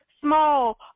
small